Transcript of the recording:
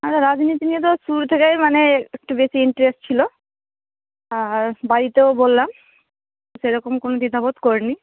আরে রাজনীতি নিয়ে তো শুরু থেকেই মানে এক একটু বেশি ইন্টারেস্ট ছিলো আর বাড়িতেও বললাম সেরকম কোনও দ্বিধাবোধ করি নি